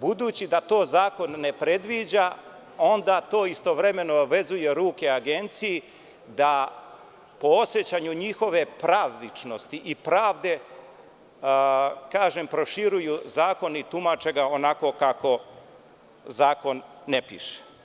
budući da to zakon ne predviđa onda to istovremeno vezuje ruke agenciji da po osećanju njihove pravičnosti i pravde, kažem, proširuju zakon i tumače ga onako kako zakon ne piše.